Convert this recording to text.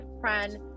friend